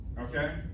Okay